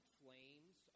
flames